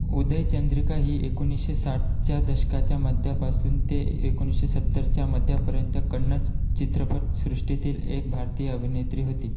उदय चंद्रिका ही एकोणीसशे साठच्या दशकाच्या मध्यापासून ते एकोणीसशे सत्तरच्या मध्यापर्यंत कन्नड च चित्रपटसृष्टीतील एक भारतीय अभिनेत्री होती